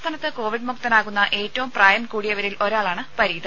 സംസ്ഥാനത്ത് കോവിഡ് മുക്തനാകുന്ന ഏറ്റവും പ്രായം കൂടിയവരിൽ ഒരാളാണ് പരീദ്